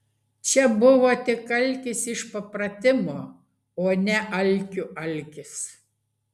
čia buvo tik alkis iš papratimo o ne alkių alkis